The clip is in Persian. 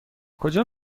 کجا